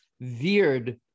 veered